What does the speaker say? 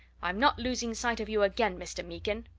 i'm not losing sight of you again, mr. meekin!